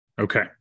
Okay